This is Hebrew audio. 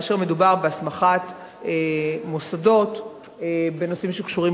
באשר מדובר בהסמכת מוסדות בנושאים שקשורים